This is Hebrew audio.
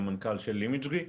"אימג'רי".